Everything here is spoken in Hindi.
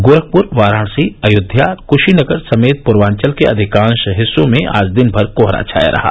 गोरखपुर वाराणसी अयोध्या कुशीनगर समेत पूर्वांचल के अधिकांश हिस्सों में आज दिनभर कोहरा छाया रहा